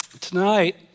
Tonight